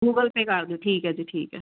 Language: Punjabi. ਗੂਗਲ ਪੇ ਕਰ ਦਿਓ ਠੀਕ ਆ ਜੀ ਠੀਕ ਆ